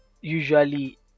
usually